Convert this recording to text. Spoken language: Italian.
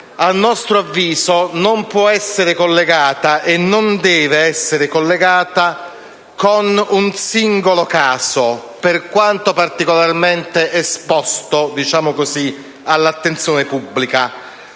a nostro avviso non può essere collegata, e non deve esserlo, ad un singolo caso, per quanto particolarmente esposto all'attenzione pubblica.